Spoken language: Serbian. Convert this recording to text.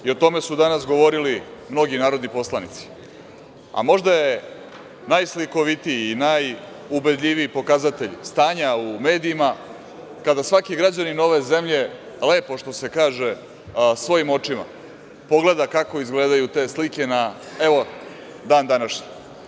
O tome su danas govorili mnogi narodni poslanici, a možda je najslikovitiji i najubedljiviji pokazatelj stanja u medijima kada svaki građanin ove zemlje lepo, što se kaže, svojim očima pogleda kako izgledaju te slike na, evo, dan današnji.